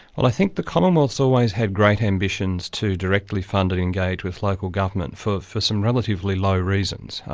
i think the commonwealth's always had great ambitions to directly fund and engage with local government, for for some relatively low reasons.